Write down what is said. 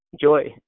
joy